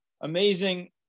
amazing